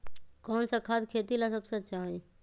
कौन सा खाद खेती ला सबसे अच्छा होई?